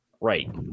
Right